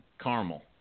caramel